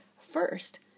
first